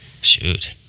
Shoot